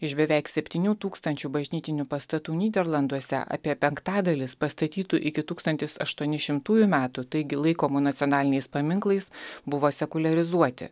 iš beveik septynių tūkstančių bažnytinių pastatų nyderlanduose apie penktadalis pastatytų iki tūkstantis aštuonišimtųjų metų taigi laikomų nacionaliniais paminklais buvo sekuliarizuoti